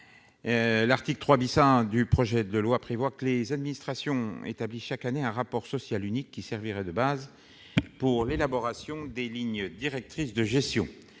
L'article 3 A du projet de loi prévoit que les administrations établissent chaque année un rapport social unique, qui servirait de base pour l'élaboration des lignes directrices de gestion.